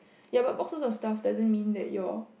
ya but boxes of stuff doesn't mean that your